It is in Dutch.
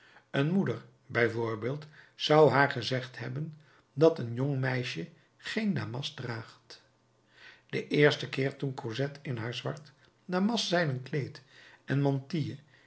een moeder bij voorbeeld zou haar gezegd hebben dat een jong meisje geen damast draagt den eersten keer toen cosette in haar zwart damastzijden kleed en mantilje